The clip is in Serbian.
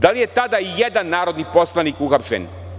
Da li je tada i jedan narodni poslanik uhapšen?